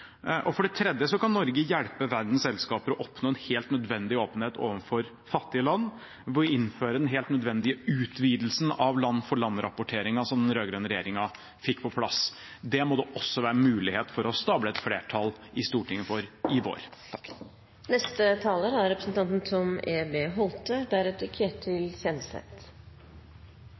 og for det tredje kan Norge hjelpe verdens selskaper å oppnå en helt nødvendig åpenhet overfor fattige land ved å innføre den helt nødvendige utvidelsen av land-for-land-rapporteringen som den rød-grønne regjeringen fikk på plass. Det må det også være mulig å stable opp et flertall for i Stortinget i vår.